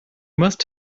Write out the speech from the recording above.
must